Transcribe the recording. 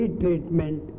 treatment